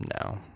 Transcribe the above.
No